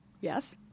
Yes